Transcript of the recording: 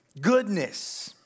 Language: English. goodness